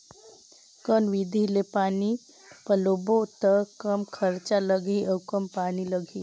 कौन विधि ले पानी पलोबो त कम खरचा लगही अउ कम पानी लगही?